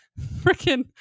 freaking